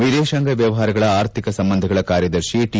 ವಿದೇಶಾಂಗ ವ್ಯವಹಾರಗಳ ಆರ್ಥಿಕ ಸಂಬಂಧಗಳ ಕಾರ್ಯದರ್ಶಿ ಟಿ